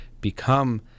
become